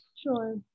Sure